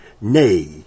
Nay